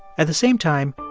at the same time,